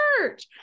church